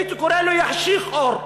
הייתי קורא לו יחשיך אור,